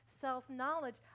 self-knowledge